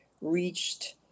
reached